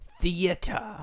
Theater